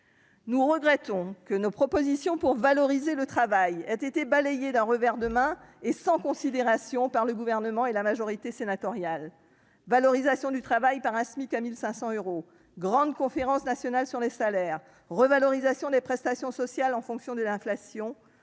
Nous regrettons que nos propositions visant à valoriser le travail aient été balayées d'un revers de main et sans considération par le Gouvernement et la majorité sénatoriale. Je pense à la valorisation du travail grâce au SMIC qui serait porté à 1 500 euros, à la grande conférence nationale sur les salaires, à la revalorisation des prestations sociales en fonction de l'inflation,